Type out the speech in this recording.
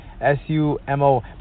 S-U-M-O